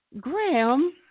Graham